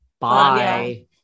Bye